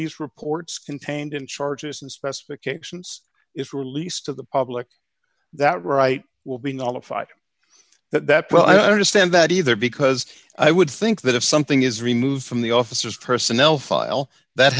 these reports contained in charges and specifications is released to the public that right will be nullified that well i understand that either because i would think that if something is removed from the officers personnel file that